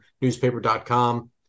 newspaper.com